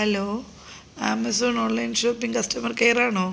hello Amazon online shopping customer കെയറണോ